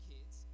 Kids